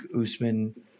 Usman